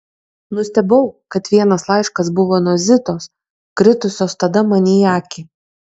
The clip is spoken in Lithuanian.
nustebau kad vienas laiškas buvo nuo zitos kritusios tada man į akį